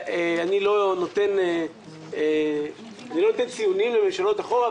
אני לא נותן ציונים לממשלות אחורה,